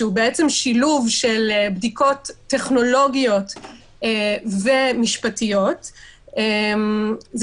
שהוא שילוב של בדיקות טכנולוגיות ומשפטיות זה